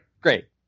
Great